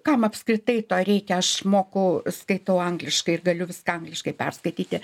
kam apskritai to reikia aš moku skaitau angliškai ir galiu viską angliškai perskaityti